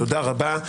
תודה רבה.